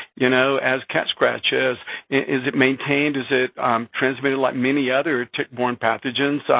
you know, as cat scratch. is is it maintained, is it transmittable like many other tick-borne pathogens?